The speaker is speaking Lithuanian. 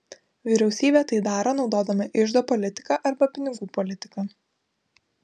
vyriausybė tai daro naudodama iždo politiką arba pinigų politiką